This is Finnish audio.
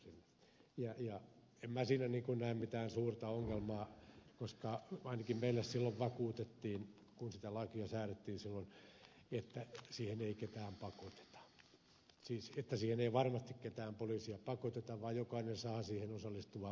nyt se on sitten kirjattu sinne ja en minä siinä näe mitään suurta ongelmaa koska ainakin meille silloin vakuutettiin kun sitä lakia säädettiin silloin että siihen ei ketään pakoteta siis että siihen ei varmasti ketään poliisia pakoteta vaan jokainen saa siihen osallistua vapaaehtoisesti